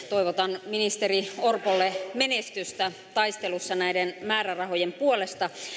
toivotan ministeri orpolle menestystä taistelussa näiden määrärahojen puolesta